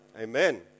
Amen